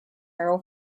errol